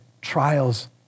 trials